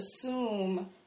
assume